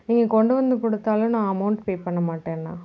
நீங்கள் கொண்டு வந்து கொடுத்தாலும் நான் அமௌண்ட் பே பண்ண மாட்டேன் அண்ணா